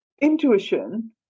intuition